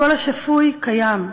הקול השפוי קיים.